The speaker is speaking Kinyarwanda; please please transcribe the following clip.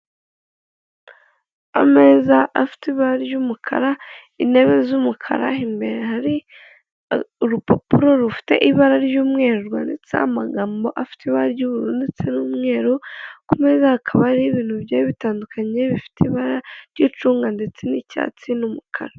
Ameza afite ibara ry'umukara ,intebe z'umukara, Imbere hari urupapuro rufite ibara ry'umweru rwanditseho amagambo afite ibara ry'ubururu ndetse n'umweru, ku meza hakaba ari ibintu bijyiye bitandukanye bifite ibara ry'icunga ndetse n'icyatsi n'umukara.